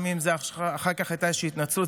גם אם אחר כך הייתה איזושהי התנצלות,